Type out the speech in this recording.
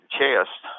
chest